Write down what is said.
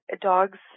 dogs